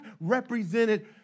represented